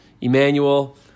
Emmanuel